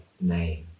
name